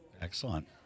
Excellent